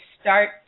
start